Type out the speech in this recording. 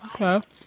Okay